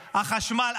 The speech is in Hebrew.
החשמל,